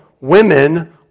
women